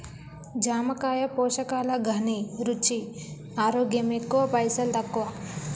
జామకాయ పోషకాల ఘనీ, రుచి, ఆరోగ్యం ఎక్కువ పైసల్ తక్కువ